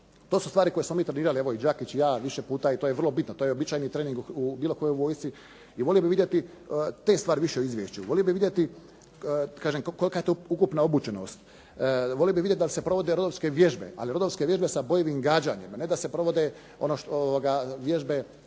To su stvari koje smo mi trenirali evo i Đakić i ja vrlo bitno. To je uobičajeni trening u bilo kojoj vojsci i volio bih vidjeti te stvari više u izvješću. Volio bih vidjeti kažem kolika je to ukupna obučenost. Voli bih vidjeti da li se provode …/Govornik se ne razumije./… vježbe, ali …/Govornik se ne razumije./… vježbe sa bojivim gađanjem, a ne da se provode vježbe